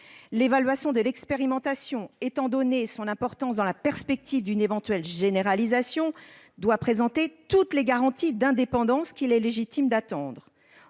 l'évaluation de l'expérimentation, compte tenu de son importance dans la perspective d'une éventuelle généralisation, doit présenter toutes les garanties d'indépendance qu'il est légitime d'attendre.